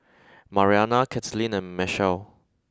Mariana Katlyn and Machelle